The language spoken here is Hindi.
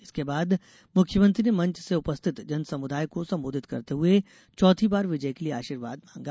इसके बाद मुख्यमंत्री ने मंच से उपस्थित जनसमुदाय को संबोधित करते हुए चैथी बार विजय के लिए आशीर्वाद मांगा